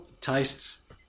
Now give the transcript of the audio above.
tastes